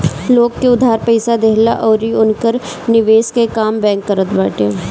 लोग के उधार पईसा देहला अउरी उनकर निवेश कअ काम बैंक करत बाटे